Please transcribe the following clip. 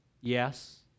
Yes